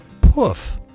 poof